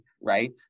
right